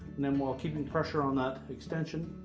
then, while keeping pressure on that extension,